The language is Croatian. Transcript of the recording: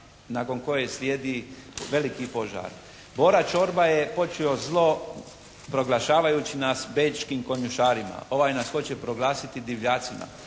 nakon koje sljedi veliki požar. Bora Čorba je počeo zlo proglašavajući nas bečkim konjušarima. Ovaj nas hoće proglasiti divljacima.